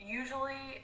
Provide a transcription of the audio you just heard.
usually